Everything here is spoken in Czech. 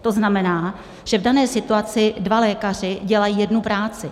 To znamená, že v dané situaci dva lékaři dělají jednu práci.